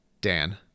Dan